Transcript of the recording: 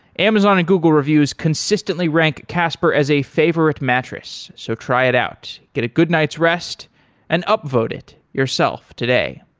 amazon and google reviews consistently rank casper as a favorite mattress, so try it out. get a good night's rest and outvote it yourself today.